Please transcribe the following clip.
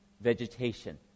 vegetation